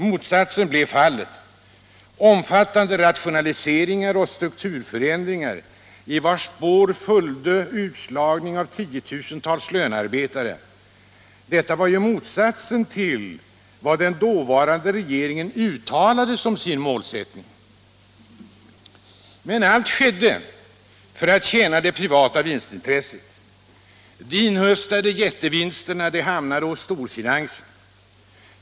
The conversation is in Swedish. Motsatsen blev fallet: omfattande rationaliseringar och strukturförändringar, i vilkas spår följde utslagningen av 10 000-tals lönearbetare. Detta var ju motsatsen till vad den dåvarande regeringen uttalat som sin målsättning. Men allt skedde för att tjäna det privata vinstintresset. De inhöstade jättevinsterna hamnade hos storfinansen.